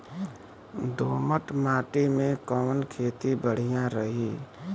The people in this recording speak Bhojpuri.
दोमट माटी में कवन खेती बढ़िया रही?